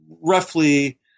roughly